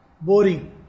Boring